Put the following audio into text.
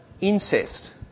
incest